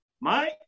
Mike